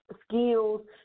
skills